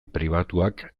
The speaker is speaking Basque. pribatuak